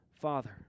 Father